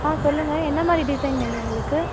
ஆ சொல்லுங்கள் என்னமாதிரி டிசைன் வேணும் உங்களுக்கு